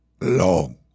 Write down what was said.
long